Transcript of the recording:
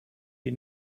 die